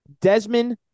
Desmond